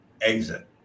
exit